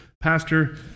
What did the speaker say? Pastor